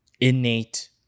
innate